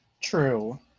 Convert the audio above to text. True